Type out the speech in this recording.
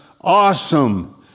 awesome